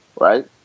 right